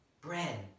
bread